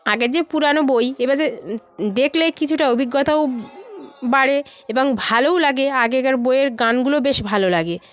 আগের যে পুরানো বই এবার যে দেখলে কিছুটা অভিজ্ঞতাও বাড়ে এবং ভালোও লাগে আগেকার বইয়ের গানগুলো বেশ ভালো লাগে